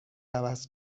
عوض